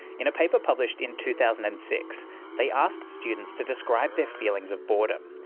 in a paper published in two thousand and six they asked students to describe their feelings of boredom,